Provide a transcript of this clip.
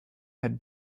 had